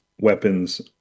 weapons